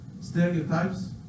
stereotypes